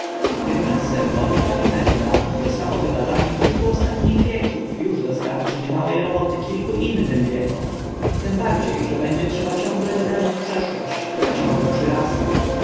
tymczasem bądź pani pewna że samo wybadanie kilku ostatnich wieków uż dostarczy niemałe roboty kilku innym wiekom tym bardzie że będzie trzeba ciągle doganiać przeszłość która ciągle przyrasta